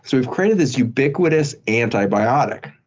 so we've created this ubiquitous antibiotic.